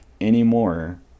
anymore